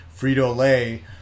Frito-Lay